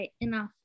enough